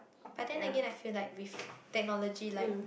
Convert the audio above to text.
but then Again I feel like with technology like